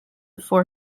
four